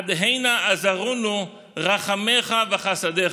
עד הנה עזרונו רחמיך וחסדיך.